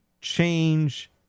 Change